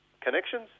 connections